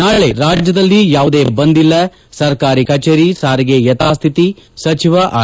ನಾಳೆ ರಾಜ್ಯದಲ್ಲಿ ಯಾವುದೇ ಬಂದ್ ಇಲ್ಲ ಸರ್ಕಾರಿ ಕಜೇರಿ ಸಾರಿಗೆ ಯಥಾಸ್ಥಿತಿ ಸಚಿವ ಆರ್